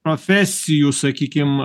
profesijų sakykim